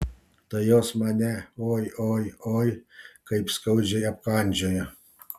tai jos mane oi oi oi kaip skaudžiai apkandžiojo